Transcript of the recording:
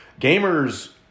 Gamers